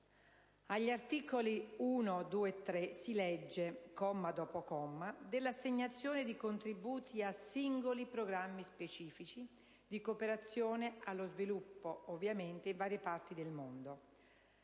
Agli articoli 1, 2 e 3 si legge, comma dopo comma, dell'assegnazione di contributi a singoli programmi specifici di cooperazione allo sviluppo, ovviamente in varie parti del mondo.